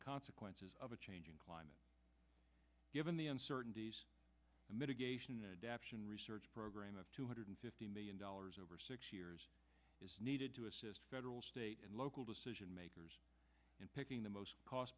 consequences of a changing climate given the uncertainties mitigation adaption research program of two hundred fifty million dollars over six years is needed to assist federal state and local decision makers in picking the most cost